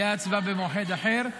תהיה הצבעה במועד אחר.